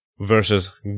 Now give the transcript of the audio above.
Versus